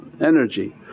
energy